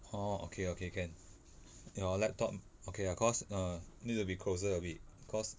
orh okay okay can your laptop okay ah cause err need to be closer a bit cause